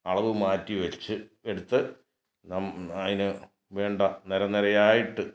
അളവ് മാറ്റി വെച്ച് എടുത്ത് നം അതിന് വേണ്ട നിരനിരയായിട്ട്